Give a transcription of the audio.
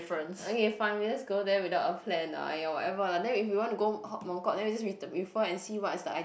okay fine we just go there without a plan ah !aiya! whatever lah then if we wanna go Mong Kok then we just return refer and see what is the